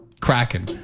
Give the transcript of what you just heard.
Kraken